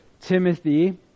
Timothy